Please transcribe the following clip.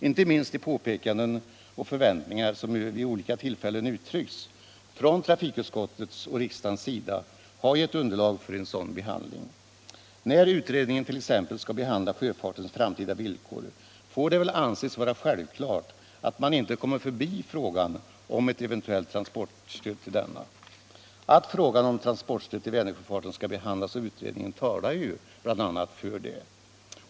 Inte minst de påpekanden och förväntningar som vid olika tillfällen uttryckts från trafikutskottets och riksdagens sida har givit underlag för en sådan behandling. När utredningen t.ex. skall behandla sjöfartens framtida villkor, får det väl anses vara självklart att man inte kommer förbi frågan om ett eventuellt transportstöd till denna verksamhet. Att frågan om transportstöd till Vänersjöfarten skall behandlas av utredningen talar ju för det.